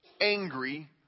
angry